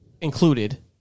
included